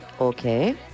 Okay